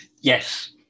Yes